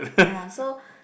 ya so